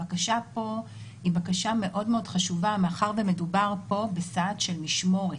הבקשה פה היא בקשה מאוד חשובה מאחר ומדובר פה בסעד של משמורת.